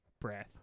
breath